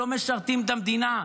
לא משרתים את המדינה.